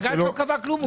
בג"ץ לא קבע כלום.